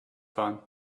fahren